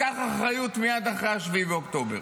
לקח אחריות מייד אחרי 7 באוקטובר.